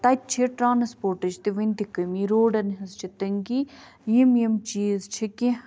تَتہِ چھِ ٹرٛانَسپورٹٕچ تہِ وُنہِ تہِ کٔمی روڈَن ہنٛز چھِ تنٛگی یِم یِم چیٖز چھِ کیٚنٛہہ